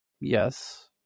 Yes